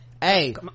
hey